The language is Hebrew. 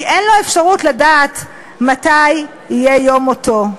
כי אין לו אפשרות לדעת מתי יהיה יום מותו.